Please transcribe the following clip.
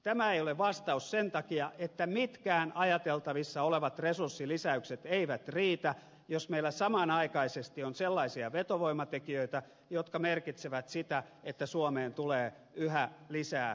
tämä ei ole vastaus sen takia että mitkään ajateltavissa olevat resurssilisäykset eivät riitä jos meillä samanaikaisesti on sellaisia vetovoimatekijöitä jotka merkitsevät sitä että suomeen tulee yhä lisää perusteettomia turvapaikkahakijoita